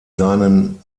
seinen